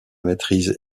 maîtrise